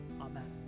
Amen